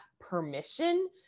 permission